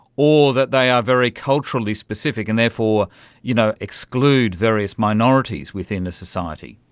or that they are very culturally specific and therefore you know exclude various minorities within a society.